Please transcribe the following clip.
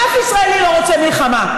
אף ישראלי לא רוצה מלחמה.